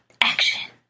action